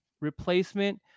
replacement